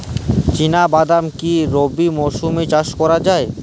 চিনা বাদাম কি রবি মরশুমে চাষ করা যায়?